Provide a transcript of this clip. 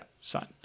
son